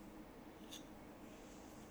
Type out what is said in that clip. is it I never hear sia